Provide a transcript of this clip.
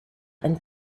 ein